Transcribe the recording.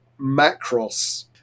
Macross